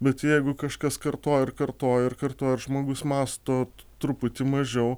bet jeigu kažkas kartoja ir kartoja ir kartoja ir žmogus mąsto truputį mažiau